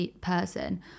person